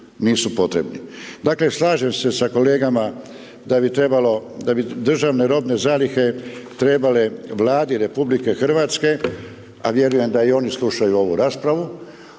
nisu potrebni. Dakle, slažem se sa kolegama da bi trebalo, da bi državne robne zalihe trebale Vladi RH, a vjerujem da i oni slušaju ovu raspravu,